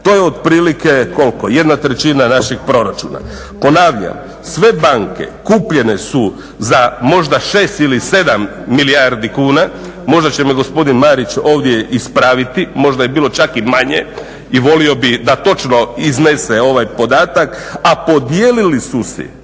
To je otprilike 1/3 našeg proračuna. Ponavljam, sve banke kupljene su za možda 6 ili 7 milijardi kuna, možda će me gospodin Marić ovdje ispraviti, možda je bilo čak i manje i volio bih da točno iznese ovaj podatak, a podijelili su si